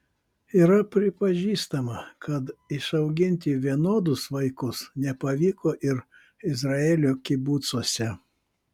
yra pripažįstama kad išauginti vienodus vaikus nepavyko ir izraelio kibucuose